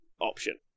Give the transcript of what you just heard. option